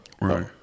right